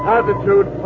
Altitude